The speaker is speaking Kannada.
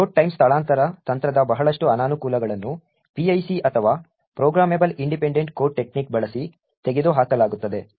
ಲೋಡ್ ಟೈಮ್ ಸ್ಥಳಾಂತರ ತಂತ್ರದ ಬಹಳಷ್ಟು ಅನಾನುಕೂಲಗಳನ್ನು PIC ಅಥವಾ ಪ್ರೊಗ್ರಾಮೆಬಲ್ ಇಂಡಿಪೆಂಡೆಂಟ್ ಕೋಡ್ ಟೆಕ್ನಿಕ್ ಬಳಸಿ ತೆಗೆದುಹಾಕಲಾಗುತ್ತದೆ